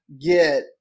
get